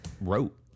wrote